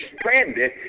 stranded